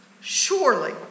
Surely